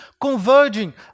converging